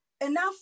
enough